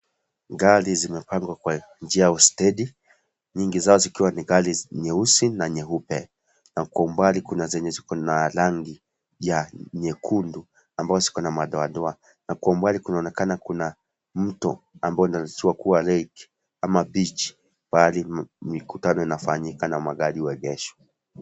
Gari zimepangwa kwa njia ya ustedi nyingi zao zikiwa ni gari nyeusi na nyeupe na kwa umbali kuna zenye zikona rangi ya nyekundu ambao zikona madoadoa na kwa umbali kunaonekana kuna, mto ambao unarusiwa kuwa lake ama beach pahali mikutano inafanyika na magri huegeshwa.